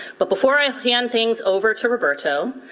but before i hand things over to roberto,